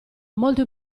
molto